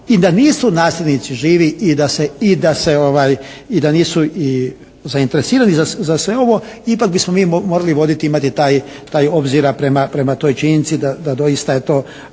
i da se, i da se, ovaj, i da nisu zainteresirani za sve ovo, ipak bismo mi morali voditi, imati taj, taj obzira prema toj činjenici da doista je to,